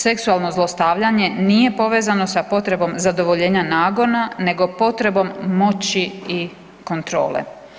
Seksualno zlostavljanje nije povezano sa potrebom zadovoljenja nagona nego potrebom moći i kontrole.